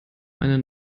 eine